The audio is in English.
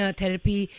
therapy